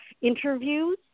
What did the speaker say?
interviews